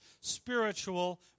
spiritual